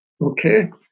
okay